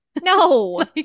No